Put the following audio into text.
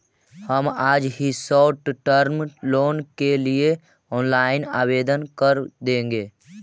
हम आज ही शॉर्ट टर्म लोन के लिए ऑनलाइन आवेदन कर देंगे